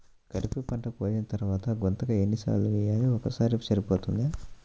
ఖరీఫ్ పంట కోసిన తరువాత గుంతక ఎన్ని సార్లు వేయాలి? ఒక్కసారి సరిపోతుందా?